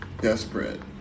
desperate